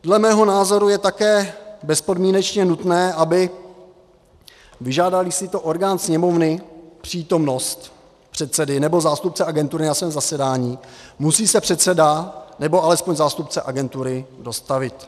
Dle mého názoru je také bezpodmínečně nutné, aby vyžádáli si orgán Sněmovny přítomnost předsedy nebo zástupce agentury na svém zasedání, musí se předseda nebo aspoň zástupce agentury dostavit.